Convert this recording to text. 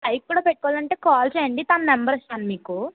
bike కూడా పెట్టుకోవాలనుకుంటే call చేయండి తన నెంబర్ ఇస్తాను మీకు